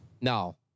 No